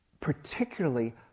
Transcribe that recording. particularly